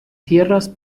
tierras